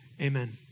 Amen